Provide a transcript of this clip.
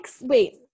wait